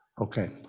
okay